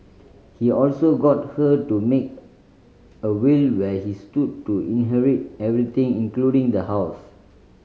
he also got her to make a will where he stood to inherit everything including the house